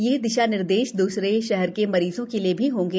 ये दिशा निर्देश दूसरे शहर के मरीजों के लिए भी होंगे